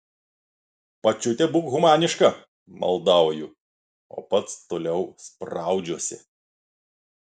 pačiute būk humaniška maldauju o pats toliau spraudžiuosi